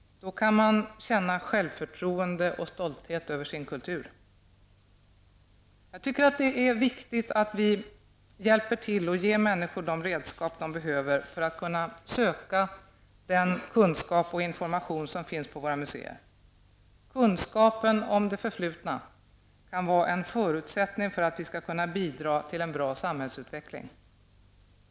Då kan man känna självförtroende och stolthet över sin kultur. Det är viktigt att vi ger människor de redskap de behöver för att de skall kunna söka den kunskap och information som finns på våra museer. Kunskapen om det förflutna kan vara en förutsättning för att vi skall kunna bidra till en bra samhällsutveckling.